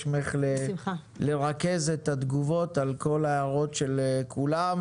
ממך לרכז את התגובות על כל הערות של כולם.